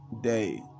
day